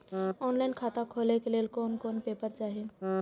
Online खाता खोले के लेल कोन कोन पेपर चाही?